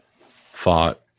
fought